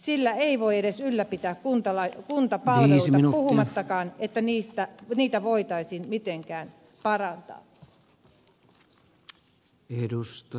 sillä ei voi edes ylläpitää kuntapalveluita puhumattakaan että niitä voitaisiin mitenkään parantaa